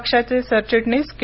पक्षाचे सरचिटणीस के